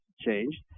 changed